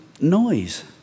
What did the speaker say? noise